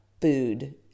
food